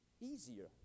easier